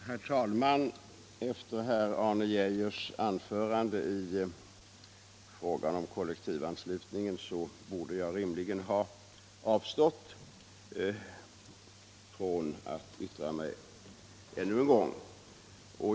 Herr talman! Efter Arne Geijers anförande om kollektivanslutningen borde jag rimligen ha avstått ifrån att yttra mig ännu en gång.